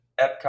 Epcot